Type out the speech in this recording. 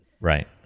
Right